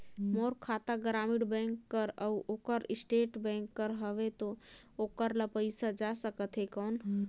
मोर खाता ग्रामीण बैंक कर अउ ओकर स्टेट बैंक कर हावेय तो ओकर ला पइसा जा सकत हे कौन?